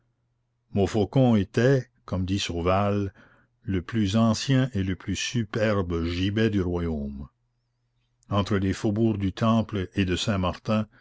montfaucon était comme dit sauval le plus ancien et le plus superbe gibet du royaume entre les faubourgs du temple et de saint-martin